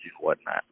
whatnot